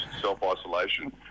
self-isolation